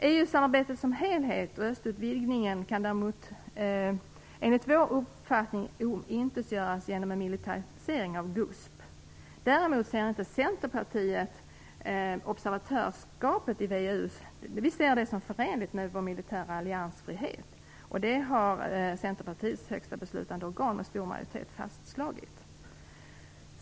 EU-samarbetet som helhet och östutvidgningen kan däremot, enligt vår uppfattning, omintetgöras genom en militarisering av GUSP. Däremot ser Centerpartiet observatörsskapet i VEU som förenligt med vår militära alliansfrihet. Det har Centerpartiets högsta beslutande organ med stor majoritet fastslagit.